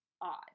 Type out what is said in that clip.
odd